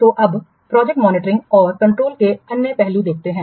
तो अब projector monitoring और कंट्रोल के अन्य पहलू देखते हैं